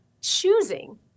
choosing